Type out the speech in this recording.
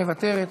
מוותרת,